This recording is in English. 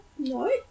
No